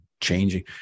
changing